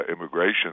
immigration